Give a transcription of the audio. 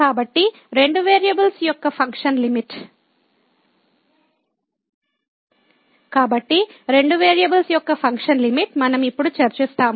కాబట్టి రెండు వేరియబుల్స్ యొక్క ఫంక్షన్ లిమిట్ మనం ఇప్పుడు చర్చిస్తాము